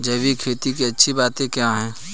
जैविक खेती की अच्छी बातें क्या हैं?